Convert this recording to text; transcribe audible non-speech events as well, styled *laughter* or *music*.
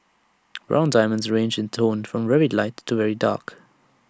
*noise* brown diamonds range in tone from very light to very dark